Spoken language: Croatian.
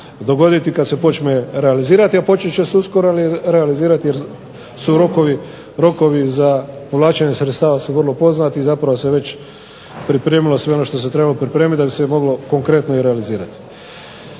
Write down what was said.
dogoditi kad se počne realizirati, a počet će se uskoro realizirati jer rokovi za povlačenje sredstva su vrlo poznati i zapravo se već pripremilo sve ono što se trebalo pripremiti da bi se moglo konkretno i realizirati.